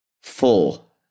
full